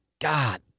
God